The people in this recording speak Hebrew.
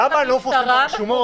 למה הם לא מפורסמים ברשומות?